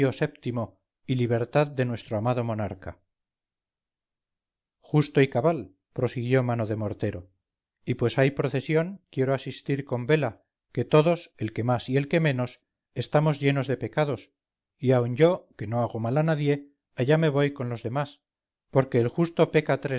vii y libertad de nuestro amado monarca justo y cabal prosiguió mano de mortero y pues hay procesión pienso asistir con vela que todos el que más y el que menos estamos llenos de pecados y aun yo que no hago mal a nadie allá me voy con los demás porque el justo peca